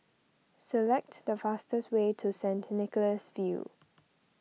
select the fastest way to Saint Nicholas View